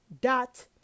dot